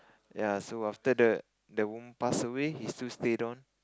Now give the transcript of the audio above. ya so after the the woman pass away he still stayed on